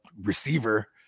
receiver